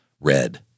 red